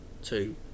Two